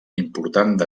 importants